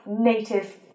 native